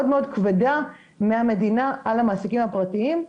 מאוד כבדה מהמדינה על המעסיקים הפרטיים,